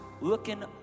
looking